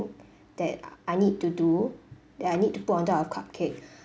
that I need to do that I need to put on top of cupcake